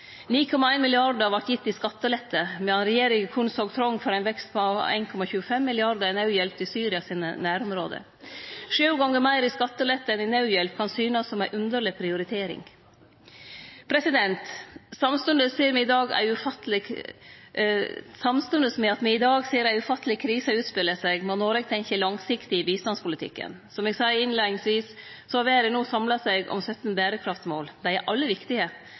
trong for ein vekst på 1,25 mrd. kr i naudhjelp til Syria sine nærområde. Sju gonger meir i skattelette enn i naudhjelp kan synast som ei underleg prioritering. Samstundes med at me i dag ser ei ufatteleg krise utspele seg, må Noreg tenkje langsiktig i bistandspolitikken. Som eg sa innleiingsvis, har verda no samla seg om 17 berekraftsmål. Dei er alle viktige,